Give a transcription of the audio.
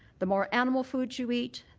the more animal food you eat,